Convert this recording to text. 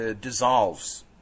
dissolves